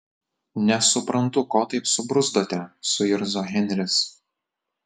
nesuprantu ko taip subruzdote suirzo henris